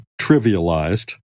trivialized